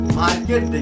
market